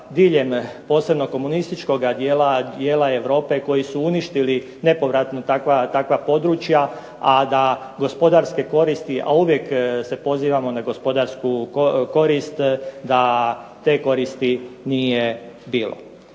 diljem posebno komunističkog dijela Europe koji su uništili nepovratno takva područja, a da gospodarske koristi, a uvijek se pozivamo na gospodarsku korist da te koristi nije bilo.